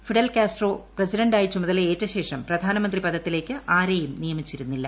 Fidel Castro പ്രസിഡന്റായി ചുമതലയേറ്റശേഷം പ്രധാനമന്ത്രി പദത്തിലേക്ക് ആരെയും നിയമിച്ചിരുന്നില്ല